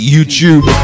Youtube